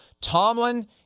Tomlin